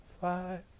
five